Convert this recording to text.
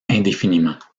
indéfiniment